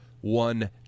one